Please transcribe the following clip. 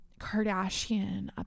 Kardashian